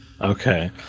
okay